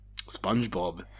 SpongeBob